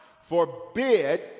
forbid